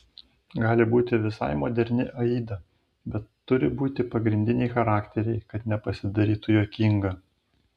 gali būti visai moderni aida bet turi būti pagrindiniai charakteriai kad nepasidarytų juokinga